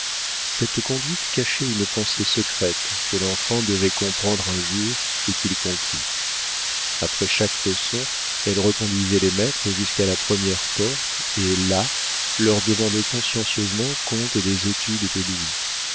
cette conduite cachait une pensée secrète que l'enfant devait comprendre un jour et qu'il comprit après chaque leçon elle reconduisait les maîtres jusqu'à la première porte et là leur demandait consciencieusement compte des études de louis